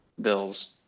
Bills